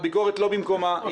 אני